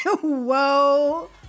whoa